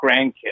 grandkids